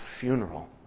funeral